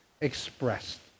expressed